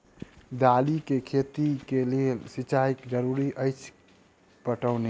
दालि केँ खेती केँ लेल सिंचाई जरूरी अछि पटौनी?